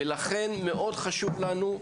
ולכן מאוד חשוב לנו,